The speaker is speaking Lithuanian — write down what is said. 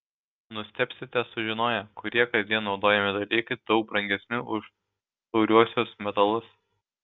nustebsite sužinoję kurie kasdien naudojami dalykai daug brangesni už tauriuosius metalus